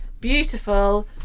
Beautiful